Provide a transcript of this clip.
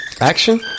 action